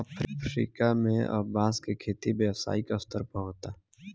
Africa में अब बांस के खेती व्यावसायिक स्तर पर होता